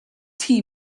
tee